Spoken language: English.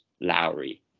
Lowry